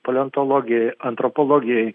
paleontologijai antropologijai